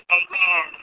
amen